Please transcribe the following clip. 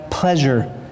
Pleasure